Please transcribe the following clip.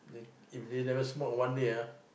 if they never smoke one day ah